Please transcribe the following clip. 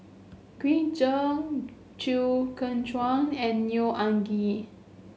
Green Zeng Chew Kheng Chuan and Neo Anngee